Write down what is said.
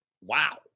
wow